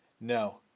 No